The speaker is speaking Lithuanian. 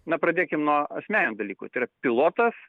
na pradėkim nuo asmeninių dalykų tai yra pilotas